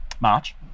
March